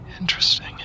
Interesting